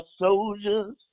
soldiers